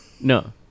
No